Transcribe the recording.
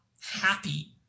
happy